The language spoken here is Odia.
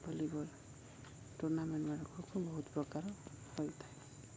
ଭଲିବଲ ଟୁର୍ଣ୍ଣାମେଣ୍ଟ ବହୁତ ପ୍ରକାର ହୋଇଥାଏ